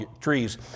trees